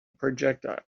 projectile